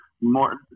more